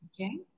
okay